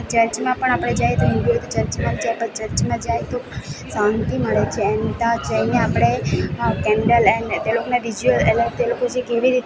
ને ચર્ચમાં પણ આપણે જાઈ તો હિન્દુ હોય તો ચર્ચમાં બી જાય તો શાંતિ મળે છે એન્ડ ત્યાં જઈને આપણે કેન્ડલ એન્ડ તે લોકોના રિચ્યુઅલ એ લોકો તે લોકો જે કેવી રીતના